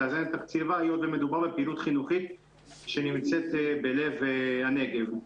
תאזן את תקציבה היות ומדובר בפעילות חינוכית שנמצאת בלב הנגב.